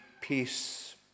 peace